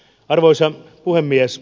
arvoisa puhemies